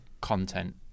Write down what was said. content